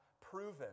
proven